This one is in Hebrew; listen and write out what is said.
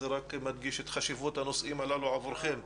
זה רק מדגיש את חשיבות הנושאים האלה עבורכם.